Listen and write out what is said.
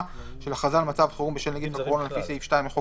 של הכרזה על מצב חירום בשל נגיף הקורונה לפי סעיף 2 לחוק